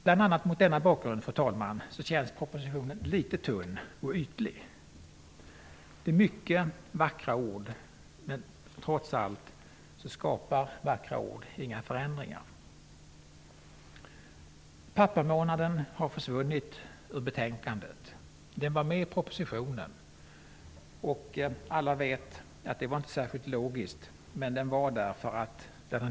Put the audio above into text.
Bl.a. mot denna bakgrund känns propositionen litet tunn och ytlig. Där finns många vackra ord, men trots allt skapar vackra ord inga förändringar. Pappamånaden har försvunnit ur betänkandet. Den var med i propositionen. Alla vet att det inte var särskilt logiskt, men den fanns med där.